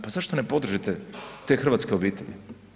Pa zašto ne podržite te hrvatske obitelji?